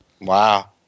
Wow